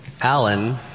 Alan